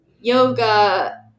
yoga